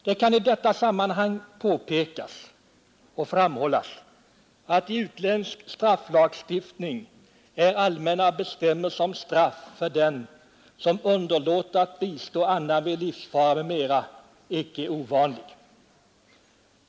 Det kan i detta sammanhang påpekas att i utländsk strafflagstiftning är allmänna bestämmelser om straff för den som underlåter att bistå annan vid livsfara m.m. icke ovanliga.